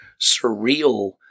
surreal